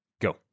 go